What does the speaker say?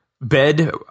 bed